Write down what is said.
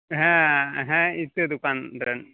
ᱦᱮᱸ ᱦᱮᱸ ᱤᱛᱟᱹ ᱫᱚᱠᱟᱱ ᱨᱮᱱ